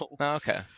Okay